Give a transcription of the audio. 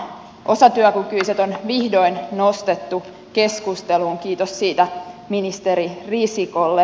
osatyökykyiset on vihdoin nostettu keskusteluun kiitos siitä ministeri risikolle